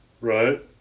right